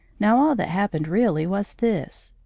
now all that happened really was this.